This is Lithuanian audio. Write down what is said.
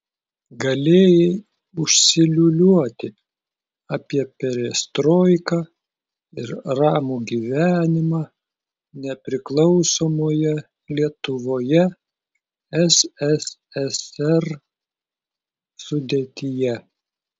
galėjai užsiliūliuoti apie perestroiką ir ramų gyvenimą nepriklausomoje lietuvoje sssr sudėtyje